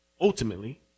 ultimately